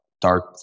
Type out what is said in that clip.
dark